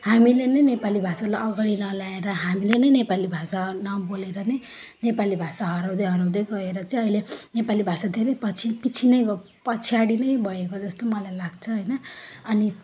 हामीले नै नेपाली भाषालाई अगाडि नल्याएर हामीले नै नेपाली भाषा नबोलेर नै नेपाली भाषा हराउँदै हराउँदै गएर चाहिँ अहिले नेपाली भाषा धेरै पछि पछि नै पछाडि नै भएको जस्तो मलाई लाग्छ होइन अनि